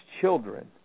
children